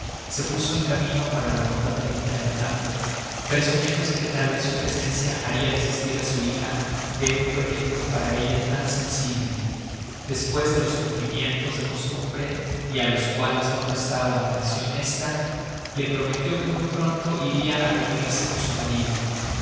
se puso en camino para la mota de medina del campo presumiéndose que tal vez su presencia haria desistir á su hija de un proyecto para ella tan sensible despues de los cumplimeintos de costumbre y á los cuales no prestaba atencion esta la prometió que muy pronto iria á reunirse con su marido